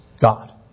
God